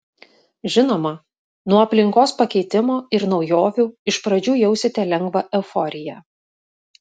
žinoma nuo aplinkos pakeitimo ir naujovių iš pradžių jausite lengvą euforiją